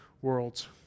worlds